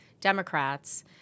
Democrats